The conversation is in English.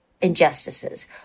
injustices